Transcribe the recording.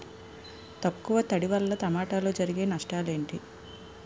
తక్కువ తడి వల్ల టమోటాలో జరిగే నష్టాలేంటి?